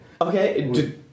Okay